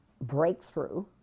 breakthrough